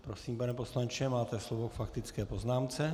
Prosím, pane poslanče, máte slovo k faktické poznámce.